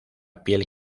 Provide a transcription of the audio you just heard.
piel